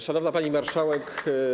Szanowna Pani Marszałek!